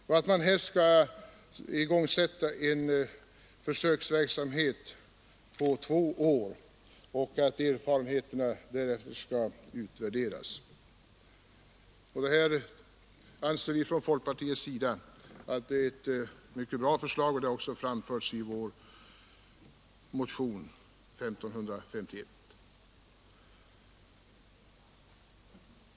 En försöksverksamhet skall igångsättas och pågå minst två år, och erfarenheterna skall därefter utvärderas. Från folkpartiet anser vi att detta är ett mycket bra förslag, och det har också framförts i vår motion 1551.